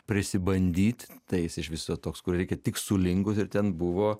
prisibandyt tai jis iš viso toks kur reikia tik sulinkus ir ten buvo